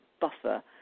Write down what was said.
buffer